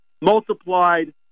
multiplied